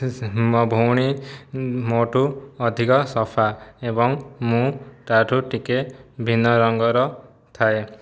ସେ ସେ ମୋ ଭଉଣୀ ମୋ ଠୁ ଅଧିକ ସଫା ଏବଂ ମୁଁ ତା'ଠୁ ଟିକେ ଭିନ୍ନ ରଙ୍ଗର ଥାଏ